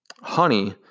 Honey